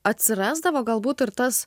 atsirasdavo galbūt ir tas